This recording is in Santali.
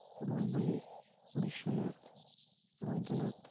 ᱵᱩᱞ ᱵᱩᱞᱤ ᱵᱤᱥᱚᱱᱟᱛᱷ ᱵᱚᱭᱫᱚᱱᱟᱛᱷ